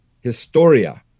Historia